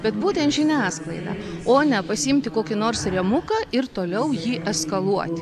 bet būtent žiniasklaida o ne pasiimti kokį nors rėmuką ir toliau jį eskaluoti